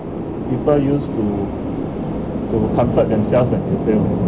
people used to to comfort themselves when they failed